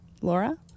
Laura